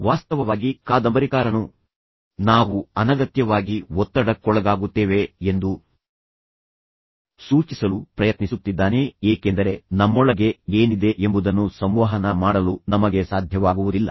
ವಾಸ್ತವವಾಗಿ ಕಾದಂಬರಿಕಾರನು ನಾವು ಅನಗತ್ಯವಾಗಿ ಒತ್ತಡಕ್ಕೊಳಗಾಗುತ್ತೇವೆ ಎಂದು ಸೂಚಿಸಲು ಪ್ರಯತ್ನಿಸುತ್ತಿದ್ದಾನೆ ಏಕೆಂದರೆ ನಮ್ಮೊಳಗೆ ಏನಿದೆ ಎಂಬುದನ್ನು ಸಂವಹನ ಮಾಡಲು ನಮಗೆ ಸಾಧ್ಯವಾಗುವುದಿಲ್ಲ